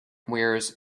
wears